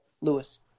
Lewis